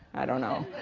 i don't know.